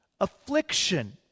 affliction